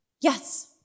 Yes